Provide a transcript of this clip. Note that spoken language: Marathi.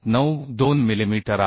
1792मिलिमीटर आहे